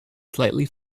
slightly